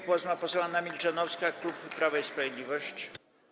Głos ma poseł Anna Milczanowska, klub Prawo i Sprawiedliwość.